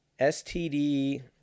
STD